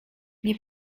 nie